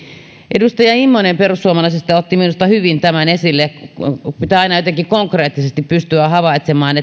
edustaja immonen perussuomalaisista otti minusta hyvin tämän esille että pitää aina jotenkin konkreettisesti pystyä havaitsemaan